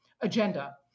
agenda